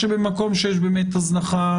שבמקום שיש הזנחה,